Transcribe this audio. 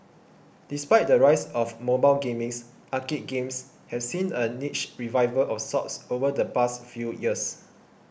despite the rise of mobile gaming arcade games have seen a niche revival of sorts over the past few years